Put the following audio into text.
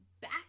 back